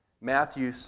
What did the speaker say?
Matthew